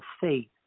faith